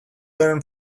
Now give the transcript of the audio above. learn